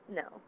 no